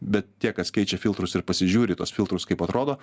bet tie kas keičia filtrus ir pasižiūri į tuos filtrus kaip atrodo